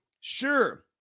Sure